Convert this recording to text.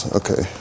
okay